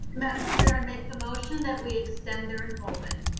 madam chair i make the motion that we extend their enrollment.